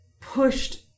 pushed